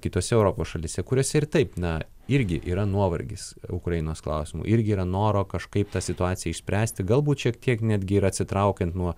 kitose europos šalyse kuriose ir taip na irgi yra nuovargis ukrainos klausimu irgi yra noro kažkaip tą situaciją išspręsti galbūt šiek tiek netgi ir atsitraukiant nuo